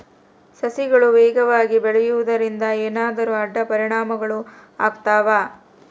ಸಸಿಗಳು ವೇಗವಾಗಿ ಬೆಳೆಯುವದರಿಂದ ಏನಾದರೂ ಅಡ್ಡ ಪರಿಣಾಮಗಳು ಆಗ್ತವಾ?